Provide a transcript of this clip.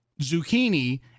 zucchini